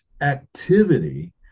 activity